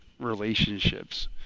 relationships